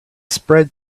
spread